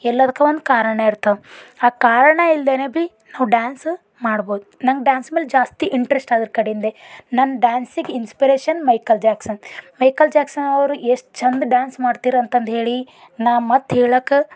ಎಲ್ಲದಕ್ಕೆ ಒಂದು ಕಾರಣ ಇರ್ತಾವ ಆ ಕಾರಣ ಇಲ್ದೇ ಭಿ ನಾವು ಡಾನ್ಸ ಮಾಡ್ಬೌದು ನನ್ಗೆ ಡಾನ್ಸ್ ಮೇಲೆ ಜಾಸ್ತಿ ಇಂಟ್ರೆಸ್ಟ್ ಅದರ ಕಡಿಂದೆ ನನ್ನ ಡ್ಯಾನ್ಸಿಗೆ inspiration Michael Jackson Michael Jackson ಅವರು ಎಷ್ಟು ಚಂದ ಡಾನ್ಸ್ ಮಾಡ್ತಿರನ್ತಂದು ಹೇಳಿ ನಾ ಮತ್ತೆ ಹೇಳಕ್ಕೆ